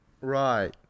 Right